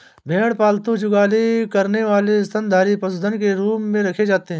भेड़ पालतू जुगाली करने वाले स्तनधारी पशुधन के रूप में रखे जाते हैं